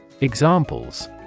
Examples